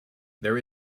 there